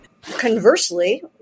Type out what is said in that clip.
Conversely